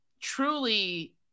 truly